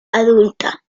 adulta